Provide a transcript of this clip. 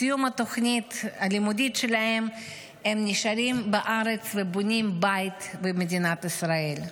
בסיום התוכנית הלימודית שלהם הם נשארים בארץ ובונים בית במדינת ישראל.